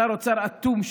שר אוצר אטום,